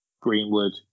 Greenwood